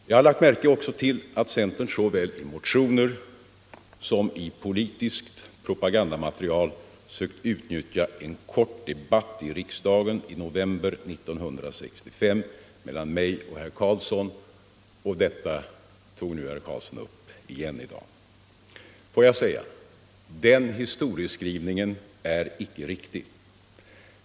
Jag har också lagt märke till att centern i såväl motioner som politiskt propagandamaterial försökt utnyttja en kort debatt i riksdagen i november 1965 mellan mig och herr Carlsson i Vikmanshyttan. Den debatten tog herr Carlsson i dag upp igen. Får jag säga: den historieskrivningen är icke riktig.